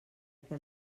què